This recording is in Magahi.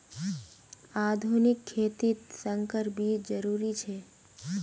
आधुनिक खेतित संकर बीज जरुरी छे